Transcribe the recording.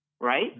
right